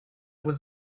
was